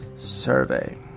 Survey